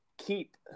Keep